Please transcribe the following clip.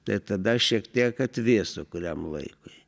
tai tada šiek tiek atvėso kuriam laikui